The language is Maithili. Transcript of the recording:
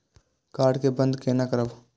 कार्ड के बन्द केना करब?